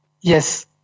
yes